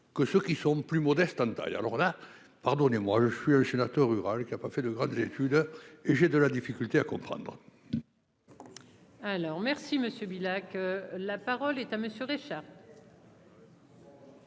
que ceux qui sont plus modestes taille alors là pardonnez-moi, je suis suis rural qui a pas fait de grandes études et j'ai de la difficulté à comprendre. Alors merci, monsieur Villach, la parole est à monsieur Richard.